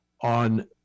on